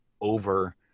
over